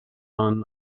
son